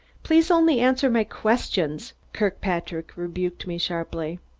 please only answer my questions! kirkpatrick rebuked me sharply.